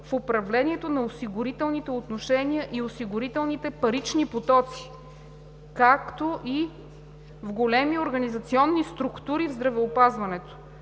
в управлението на осигурителните отношения и осигурителните парични потоци, както и в големи организационни структури в здравеопазването;